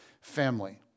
family